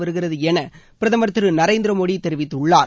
வருகிறது என பிரதமர் திரு நரேந்திர மோடி தெரிவித்துள்ளார்